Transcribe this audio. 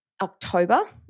October